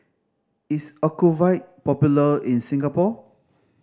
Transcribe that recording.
is Ocuvite popular in Singapore